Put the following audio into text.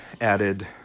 added